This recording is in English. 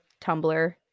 Tumblr